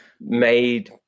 made